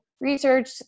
research